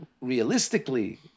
realistically